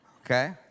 okay